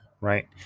right